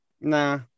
Nah